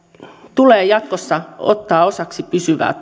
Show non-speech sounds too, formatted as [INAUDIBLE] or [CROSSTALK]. tulee jatkossa ottaa osaksi pysyvää [UNINTELLIGIBLE]